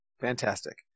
Fantastic